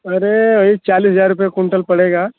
अरे वही चालीस हज़ार रुपये कुंटल पड़ेगा